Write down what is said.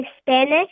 Spanish